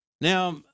Now